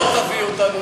לא תביאו אותנו,